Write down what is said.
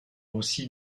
aussi